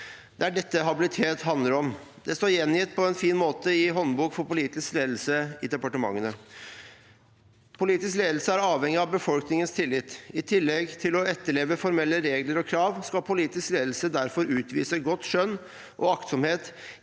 Det er dette habilitet handler om. Det står gjengitt på en fin måte i håndbok for politisk ledelse i departementene: «Politisk ledelse er avhengig av befolkningens tillit. I tillegg til å etterleve formelle regler og krav, skal politisk ledelse derfor utvise godt skjønn og aktsomhet